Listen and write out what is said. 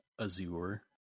Azure